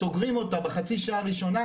סוגרים אותה בחצי השעה הראשונה,